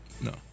No